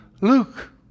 Luke